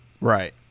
Right